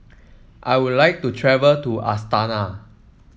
I would like to travel to Astana